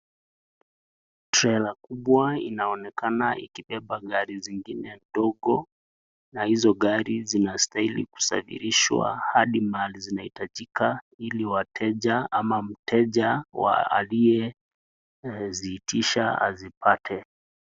Trela kubwa inaonekana ikibeba gari zingine ndogo na hizo gari zinastahili kusafirishwa hadi mahali zinahitajika ili wateja ama mteja wa aliyeziitisha azipate.